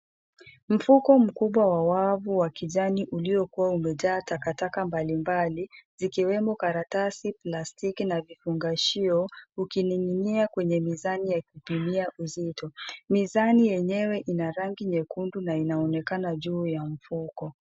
Mfuko mkubwa wa wavu wa kijani uliokuwa umejaa takataka mbalimbali zikiwemo karatasi, plastiki na vifungashio ukining'inia kwenye mizani ya kupimia uzito. Mizani yenyewe ina rangi nyekundu na inaonekana juu ya mfuko.